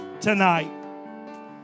tonight